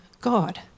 God